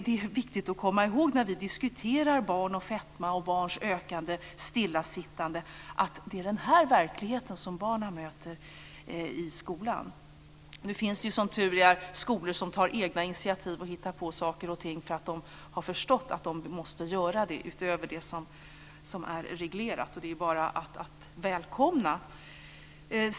Det är viktigt att komma ihåg när vi diskutera barn och fetma och barns ökade stillasittande att det är den här verkligheten som barnen möter i skolan. Nu finns det som tur är skolor som tar egna initiativ och hittar på saker och ting utöver det som är reglerat för att de har förstått att de måste göra det. Det är bara att välkomna.